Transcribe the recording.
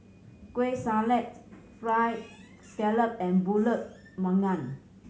Kueh Salat Fried Scallop and Pulut Panggang